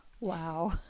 wow